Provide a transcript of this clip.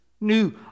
new